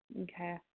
Okay